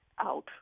out